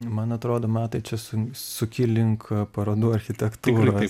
man atrodo matai čia sun suki link parodų architektūros